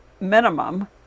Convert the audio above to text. minimum